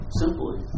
simply